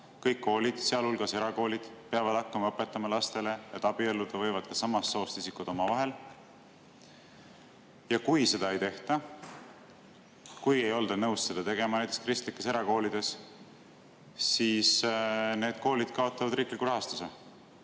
kõik koolid, sealhulgas erakoolid, peavad hakkama õpetama lastele, et abielluda võivad ka samast soost isikud omavahel, ja kui seda ei tehta, kui ei olda nõus seda tegema, näiteks kristlikes erakoolides, siis need koolid kaotavad riikliku rahastuse.